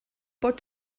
pot